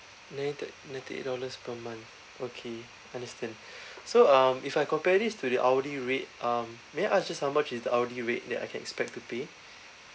ninety ninety eight dollars per month okay understand so um if I compare this to the hourly rate um may I ask just how much is the hourly rate that I can expect to pay